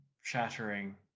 shattering